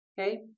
okay